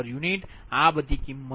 01j0